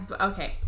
Okay